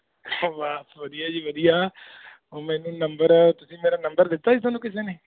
ਬਸ ਵਧੀਆ ਜੀ ਵਧੀਆ ਉਹ ਮੈਨੂੰ ਨੰਬਰ ਤੁਸੀਂ ਮੇਰਾ ਨੰਬਰ ਦਿੱਤਾ ਸੀ ਤੁਹਾਨੂੰ ਕਿਸੇ ਨੇ